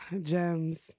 gems